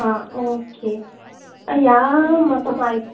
आं ओके ह्या म्हाका